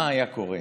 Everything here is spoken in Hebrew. מה היה קורה